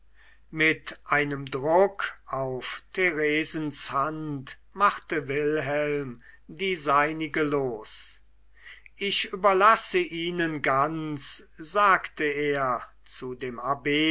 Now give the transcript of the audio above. mit einem druck auf theresens hand machte wilhelm die seinige los ich überlasse ihnen ganz sagte er zu dem abb